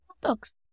dogs